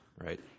right